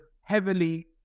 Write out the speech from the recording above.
heavily